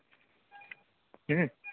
ᱦᱩᱸ